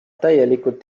täielikult